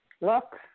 look